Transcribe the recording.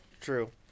true